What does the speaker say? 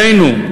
עלינו,